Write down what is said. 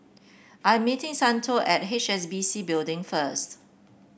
I am meeting Santo at H S B C Building first